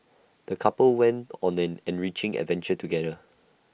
the couple went on an enriching adventure together